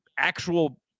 actual